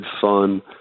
fun